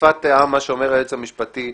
בשפת העם מה שאומר היועץ המשפטי,